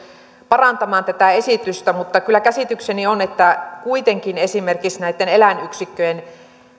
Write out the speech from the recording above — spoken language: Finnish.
parantamaan tätä esitystä mutta kyllä käsitykseni on että kuitenkin esimerkiksi näitten eläinyksikköjen